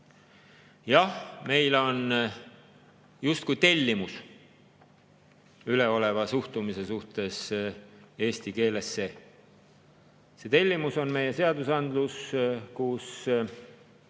Jah, meil on justkui tellimus üleoleva suhtumise suhtes eesti keelesse. See tellimus on meie seadusandlus, kus